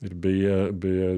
ir beje beje